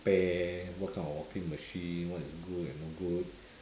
~pare what kind of washing machine what is good and no good